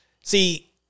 see